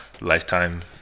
Lifetime